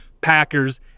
Packers